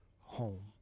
home